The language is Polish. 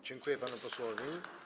Dziękuję panu posłowi.